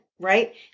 Right